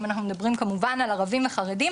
אם אנחנו מדברים גם כמובן על ערבים וחרדים,